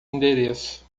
endereço